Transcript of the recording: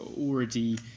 already